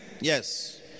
Yes